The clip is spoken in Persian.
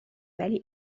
ولی